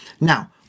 Now